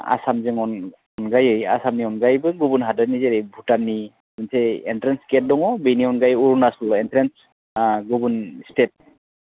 आसामनि अनगायै आसामनि अनगायैबो गुबुन हादोरनि जेरै भुटाननि मोनसे एन्ट्रेन्च गेट दङ बेनि अनगायै अरुणाचल एन्ट्रेन्च ओ गुबुन स्टेट